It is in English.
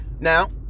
now